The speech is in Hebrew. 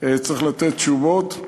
צריך לתת תשובות.